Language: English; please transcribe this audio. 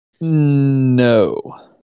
No